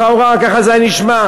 לכאורה ככה זה היה נשמע.